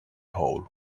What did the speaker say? hole